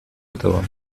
этого